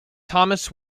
thomas